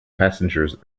passengers